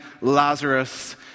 Lazarus